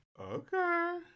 Okay